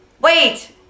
Wait